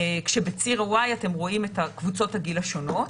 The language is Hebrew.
כשבציר Y אתם רואים את קבוצות הגיל השונות.